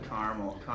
Caramel